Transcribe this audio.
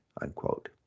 unquote